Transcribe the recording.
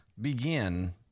begin